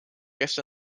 kes